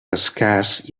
escàs